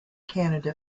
canada